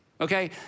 okay